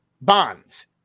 bonds